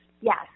Yes